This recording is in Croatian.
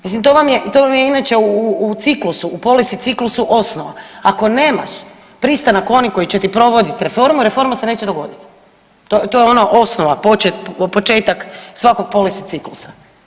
Mislim, to vam je, to vam je inače u ciklusu, u policy ciklusu osnova, ako nemaš pristanak onih koji će ti provoditi reformu, reforma se neće dogoditi, to je ono, osnova, početak svakog policy ciklusa.